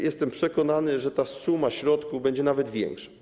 Jestem przekonany, że ta suma środków będzie nawet większa.